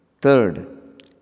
Third